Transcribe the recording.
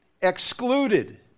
excluded